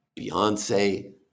Beyonce